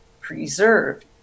preserved